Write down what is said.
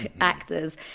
actors